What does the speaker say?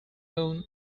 moon